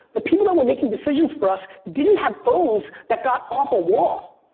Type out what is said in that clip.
the people that were making decisions for us didn't have phones that got off a wall.